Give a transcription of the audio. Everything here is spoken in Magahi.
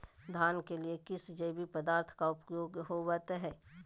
धान के लिए किस जैविक पदार्थ का उपयोग होवत है?